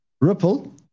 Ripple